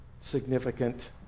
significant